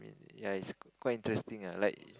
ya is quite interesting ah like